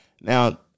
Now